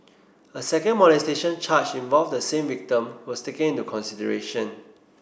a second molestation charge involve the same victim was taken into consideration